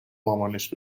مامانش